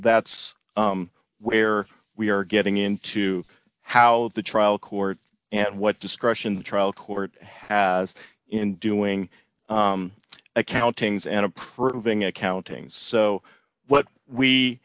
that's where we are getting into how the trial court and what discretion the trial court has in doing accountings and approving accounting so what we